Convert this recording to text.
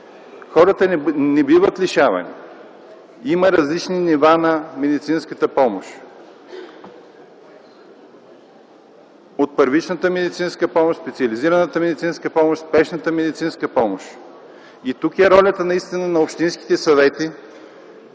Хората не биват лишавани. Има различни нива на медицинската помощ – първична медицинска помощ, специализирана медицинска помощ, спешна медицинска помощ. Тук е ролята на общинските съвети